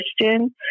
Christian